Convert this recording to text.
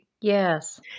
Yes